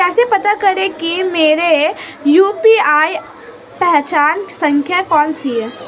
कैसे पता करें कि मेरी यू.पी.आई पहचान संख्या कौनसी है?